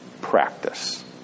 practice